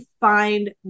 find